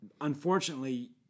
unfortunately